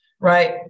right